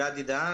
שמי גדי דהאן.